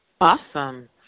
Awesome